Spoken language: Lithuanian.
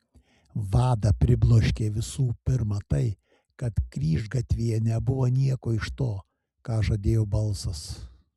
vadą pribloškė visų pirma tai kad kryžgatvyje nebuvo nieko iš to ką žadėjo balsas